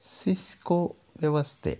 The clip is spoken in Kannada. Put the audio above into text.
ಸಿಸ್ಕೋ ವ್ಯವಸ್ಥೆ